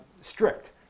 strict